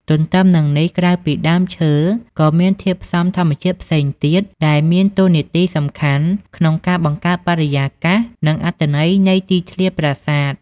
ទទ្ទឹមនឹងនេះ ក្រៅពីដើមឈើ ក៏មានធាតុផ្សំធម្មជាតិផ្សេងទៀតដែលមានតួនាទីសំខាន់ក្នុងការបង្កើតបរិយាកាស និងអត្ថន័យនៃទីធ្លាប្រាសាទ។